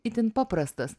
itin paprastas